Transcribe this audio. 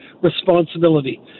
responsibility